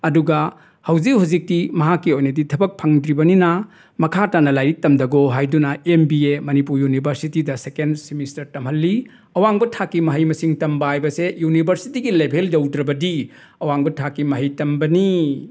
ꯑꯗꯨꯒ ꯍꯧꯖꯤꯛ ꯍꯧꯖꯤꯛꯇꯤ ꯃꯍꯥꯛꯀꯤ ꯑꯣꯏꯅꯗꯤ ꯊꯕꯛ ꯐꯪꯗ꯭ꯔꯤꯕꯅꯤꯅ ꯃꯈꯥꯇꯥꯅ ꯂꯥꯏꯔꯤꯛ ꯇꯝꯊꯈꯣ ꯍꯥꯏꯗꯨꯅ ꯑꯦꯝ ꯕꯤ ꯑꯦ ꯃꯅꯤꯄꯨꯔ ꯌꯨꯅꯤꯕꯔꯁꯤꯇꯤꯗ ꯁꯀꯦꯟ ꯁꯤꯃꯤꯁꯇꯔ ꯇꯝꯍꯜꯂꯤ ꯑꯋꯥꯡꯕ ꯊꯥꯛꯀꯤ ꯃꯍꯩ ꯃꯁꯤꯡ ꯇꯝꯕ ꯍꯥꯏꯕꯁꯦ ꯌꯨꯅꯤꯕꯔꯁꯤꯇꯤꯒꯤ ꯂꯦꯚꯦꯜ ꯌꯧꯗ꯭ꯔꯕꯗꯤ ꯑꯋꯥꯡꯕ ꯊꯥꯛꯀꯤ ꯃꯍꯩ ꯇꯝꯕꯅꯤ